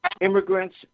immigrants